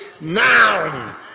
now